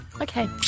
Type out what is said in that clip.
Okay